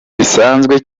bisanzwe